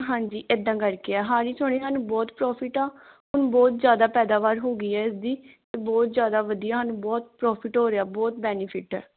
ਹਾਂਜੀ ਇੱਦਾਂ ਕਰਕੇ ਆ ਹਾੜੀ ਸੋਣੀ ਸਾਨੂੰ ਬਹੁਤ ਪ੍ਰੋਫਿਟ ਆ ਹੁਣ ਬਹੁਤ ਜ਼ਿਆਦਾ ਪੈਦਾਵਾਰ ਹੋ ਗਈ ਹੈ ਇਸਦੀ ਅਤੇ ਬਹੁਤ ਜ਼ਿਆਦਾ ਵਧੀਆ ਹਨ ਬਹੁਤ ਪ੍ਰੋਫਿਟ ਹੋ ਰਿਹਾ ਬਹੁਤ ਬੈਨੀਫਿਟ ਹੈ